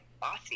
bossy